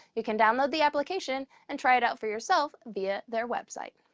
you can download the application and try it out for yourself via their website.